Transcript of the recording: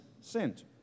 sent